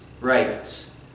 rights